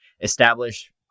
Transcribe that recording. establish